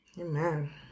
Amen